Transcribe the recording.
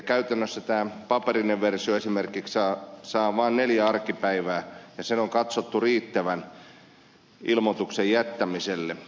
käytännössä tämä paperinen versio esimerkiksi saa vain neljä arkipäivää ja sen on katsottu riittävän ilmoituksen jättämiselle